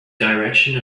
direction